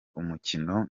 umukino